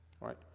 right